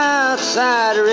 outside